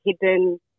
hidden